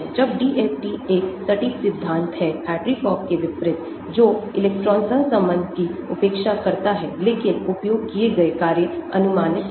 जब DFT एक सटीक सिद्धांत हैहार्ट्री फॉक के विपरीत जो इलेक्ट्रॉन सहसंबंध की उपेक्षा करता है लेकिन उपयोग किए गए कार्य अनुमानित हैं